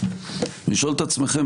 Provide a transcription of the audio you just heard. לשאול את עצמכם,